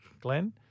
Glenn